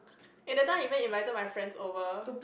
eh that time I even invited my friends over